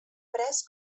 pres